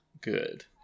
good